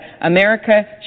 America